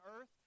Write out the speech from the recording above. earth